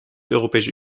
europese